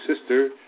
sister